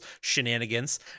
shenanigans